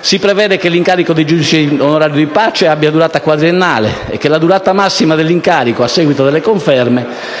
Si prevede che l'incarico di giudice onorario di pace abbia durata quadriennale e che la durata massima dell'incarico - a seguito delle conferme